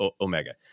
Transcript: Omega